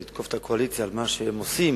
נתקוף את הקואליציה על מה שהם עושים,